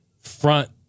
front